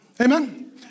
Amen